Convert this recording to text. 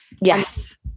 Yes